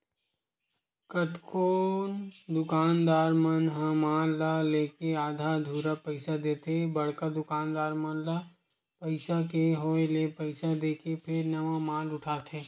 कतकोन दुकानदार मन ह माल ल लेके आधा अधूरा पइसा देथे बड़का दुकानदार मन ल पइसा के होय ले पइसा देके फेर नवा माल उठाथे